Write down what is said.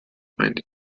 minded